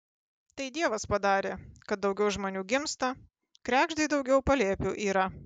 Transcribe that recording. tai dievas padarė kad daugiau žmonių gimsta kregždei daugiau palėpių yra